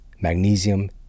magnesium